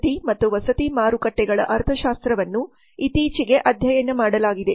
ವಸತಿ ಮತ್ತು ವಸತಿ ಮಾರುಕಟ್ಟೆಗಳ ಅರ್ಥಶಾಸ್ತ್ರವನ್ನು ಇತ್ತೀಚೆಗೆ ಅಧ್ಯಯನ ಮಾಡಲಾಗಿದೆ